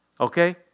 Okay